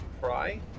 pry